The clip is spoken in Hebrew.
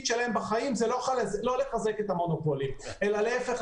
שלהם בחיים הוא לא לחזק את המונופולים אלא להיפך,